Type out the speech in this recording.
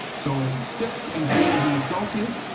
so six and four degrees celsius,